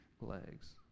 legs